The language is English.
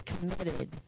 committed